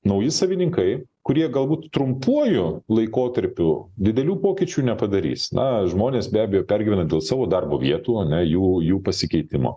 nauji savininkai kurie galbūt trumpuoju laikotarpiu didelių pokyčių nepadarys na žmonės be abejo pergyvena dėl savo darbo vietų ane jų jų pasikeitimo